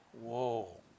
Whoa